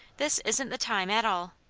this isn't the time at all.